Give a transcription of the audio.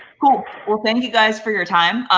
cool. well, thank you guys for your time.